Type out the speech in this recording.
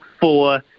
four